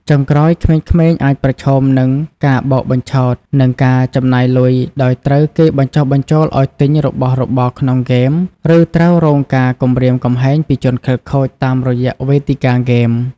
ចុងក្រោយ ក្មេងៗអាចប្រឈមនឹង ការបោកបញ្ឆោត និងការចំណាយលុយ ដោយត្រូវគេបញ្ចុះបញ្ចូលឱ្យទិញរបស់របរក្នុងហ្គេម ឬត្រូវរងការគំរាមកំហែងពីជនខិលខូចតាមរយៈវេទិកាហ្គេម។